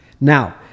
Now